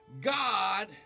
God